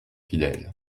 fidèles